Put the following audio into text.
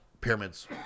pyramids